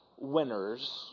winners